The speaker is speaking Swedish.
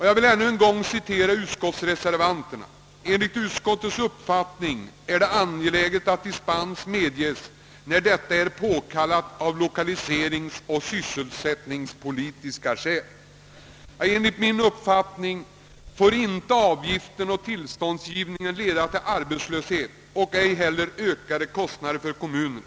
Jag vill ännu en gång citera utskottsreservanterna: »Enligt utskottets uppfattning är det angeläget att dispens medges där detta är påkallat av lokaliseringseller sysselsättningspolitiska skäl.» Enligt min uppfattning får inte avgiften och tillståndsgivningen leda till arbetslöshet och ej heller till ökade kostnader för kommunerna.